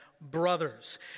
brothers